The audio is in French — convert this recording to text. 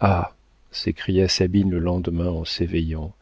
ah s'écria sabine le lendemain en s'éveillant